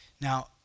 now